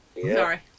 sorry